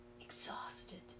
exhausted